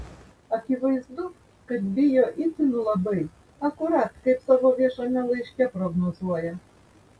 akivaizdu kad bijo itin labai akurat kaip savo viešame laiške prognozuoja